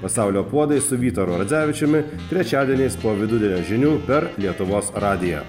pasaulio puodai su vytaru radzevičiumi trečiadieniais po vidudienio žinių per lietuvos radiją